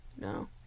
No